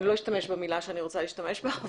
אני לא אשתמש במילה שאני רוצה להשתמש בה,